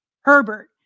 Herbert